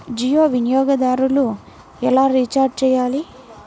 జియో వినియోగదారులు ఎలా రీఛార్జ్ చేయాలి?